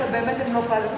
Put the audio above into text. התשע"א 2011, נתקבל.